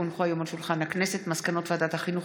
כי הונחו היום על שולחן הכנסת מסקנות ועדת החינוך,